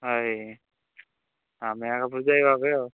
ହଏ ଆମେ ଏକା ବୁଝେଇବା ଏବେ